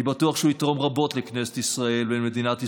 אני בטוח שהוא יתרום רבות לכנסת ישראל ולמדינת ישראל,